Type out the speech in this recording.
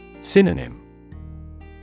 Synonym